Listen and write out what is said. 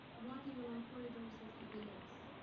walking along corridors with heavy legs.